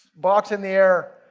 boxing the air.